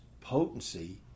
potency